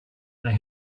they